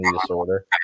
disorder